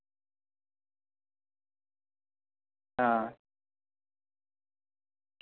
हां